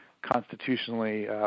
Constitutionally